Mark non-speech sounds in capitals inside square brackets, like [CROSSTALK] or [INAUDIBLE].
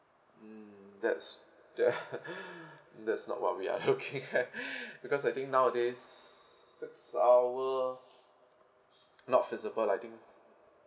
mm that's that [LAUGHS] [BREATH] that's not what we are looking [LAUGHS] at [BREATH] because I think nowadays s~ six hour not feasible lah I think